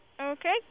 Okay